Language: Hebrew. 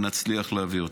אם נצליח להביא אותם.